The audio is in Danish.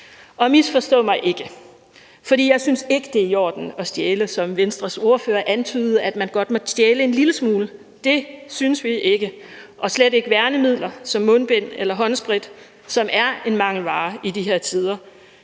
Og misforstå mig ikke, for jeg synes ikke, det er i orden at stjæle, som Venstres ordfører antydede – at man godt måtte stjæle en lille smule. Det synes vi ikke, og slet ikke værnemidler som mundbind eller håndsprit, som er en mangelvare i de her tider.